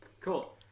Cool